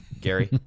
Gary